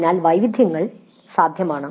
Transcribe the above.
അതിനാൽ ഈ വൈവിധ്യങ്ങൾ സാധ്യമാണ്